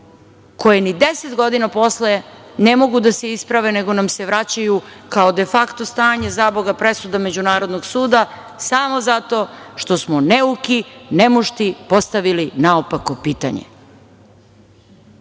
koje ni 10 godina posle ne mogu da se isprave, nego nam se vraćaju, kao defakto stanje, zaboga presuda međunarodnog suda, samo zato što smo neuki, nemušti postavili naopako pitanje. Ceo